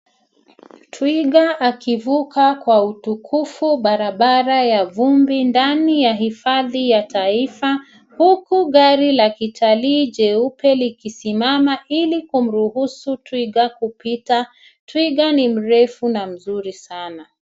Twiga akivuka kwa utukufu barabara ya vumbi ndani ya hifadhi ya taifa huku gari la kitalii jeupe likisimama ili kumruhusu twiga kupita. Twiga ni mrefu na mzuri sana.